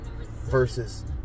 versus